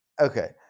Okay